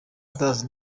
ndazi